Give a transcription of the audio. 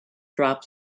drop